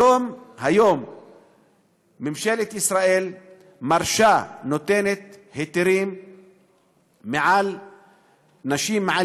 היום ממשלת ישראל נותנת היתרים לנשים מעל